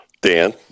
dan